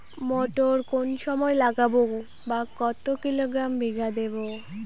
মটর কোন সময় লাগাবো বা কতো কিলোগ্রাম বিঘা দেবো?